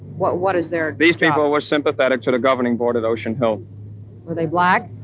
what what is their. these people were sympathetic to the governing board of ocean hill were they black?